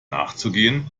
nachzugehen